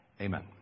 Amen